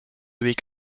week